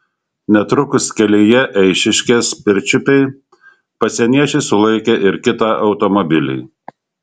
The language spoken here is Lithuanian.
netrukus kelyje eišiškės pirčiupiai pasieniečiai sulaikė ir kitą automobilį